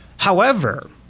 however,